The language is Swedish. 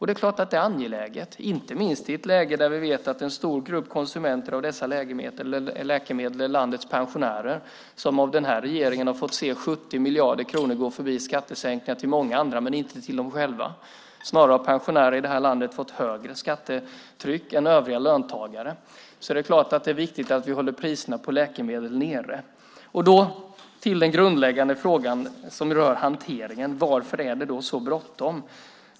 Det är klart att detta är angeläget, inte minst i ett läge där vi vet att en stor grupp konsumenter av dessa läkemedel är landets pensionärer som av den här regeringen har fått se 70 miljarder kronor i skattesänkningar gå till många andra men inte till dem själva. Snarare har pensionärerna i det här landet fått ett högre skattetryck än övriga löntagare. Det är klart att det är viktigt att vi håller priserna på läkemedel nere. Då är den grundläggande frågan som rör hanteringen: Varför är det så bråttom?